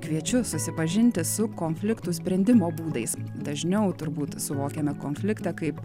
kviečiu susipažinti su konfliktų sprendimo būdais dažniau turbūt suvokiame konfliktą kaip